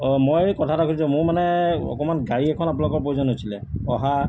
অ' মই এই কথা এটা সুধিছো মোৰ মানে অকণমান গাড়ী এখন আপোনালোকৰ প্ৰয়োজন হৈছিলে অহা